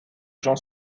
j’en